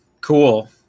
Cool